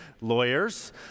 lawyers